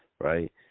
Right